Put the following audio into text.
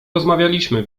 rozmawialiśmy